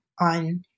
on